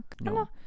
No